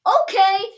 Okay